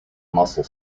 muscle